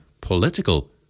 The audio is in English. political